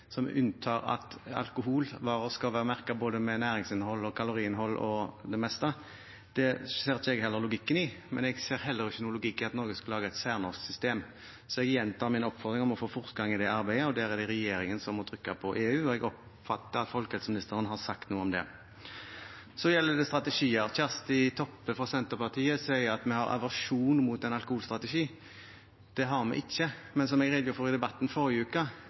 meste, ser jeg heller ikke logikken i. Jeg ser heller ingen logikk i at Norge skal lage et særnorsk system, så jeg gjentar min oppfordring om å få fortgang i det arbeidet. Der er det regjeringen som må trykke på EU, og jeg oppfatter at folkehelseministeren har sagt noe om det. Så gjelder det strategier. Kjersti Toppe fra Senterpartiet sier at vi har aversjon mot en alkoholstrategi. Det har vi ikke, men som jeg redegjorde for i debatten forrige uke,